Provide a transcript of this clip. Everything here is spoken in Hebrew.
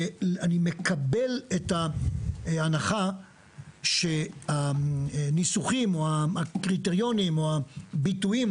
אני מקבל את ההנחה שהניסוחים או הקריטריונים או הביטויים,